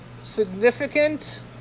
significant